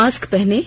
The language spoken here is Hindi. मास्क पहनें